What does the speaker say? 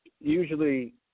Usually